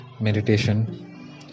meditation